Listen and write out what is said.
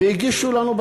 והגישו לנו,